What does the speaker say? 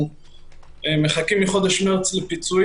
אנחנו מחכים מחודש מרץ לפיצוי.